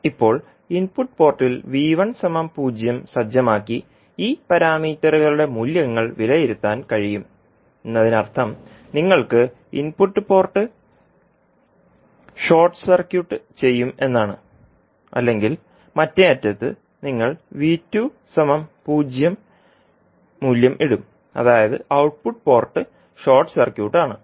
ഇപ്പോൾ ഇൻപുട്ട് പോർട്ടിൽ 0 സജ്ജമാക്കി ഈ പാരാമീറ്ററുകളുടെ മൂല്യങ്ങൾ വിലയിരുത്താൻ കഴിയും എന്നതിനർത്ഥം നിങ്ങൾക്ക് ഇൻപുട്ട് പോർട്ട് ഷോർട്ട് സർക്യൂട്ട് ചെയ്യുമെന്നാണ് അല്ലെങ്കിൽ മറ്റേ അറ്റത്ത് നിങ്ങൾ 0 മൂല്യം ഇടും അതായത് ഔട്ട്പുട്ട് പോർട്ട് ഷോർട്ട് സർക്യൂട്ട് ആണ്